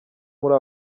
muri